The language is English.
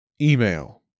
Email